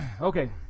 Okay